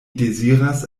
deziras